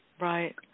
right